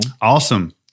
Awesome